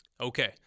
okay